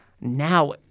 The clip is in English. now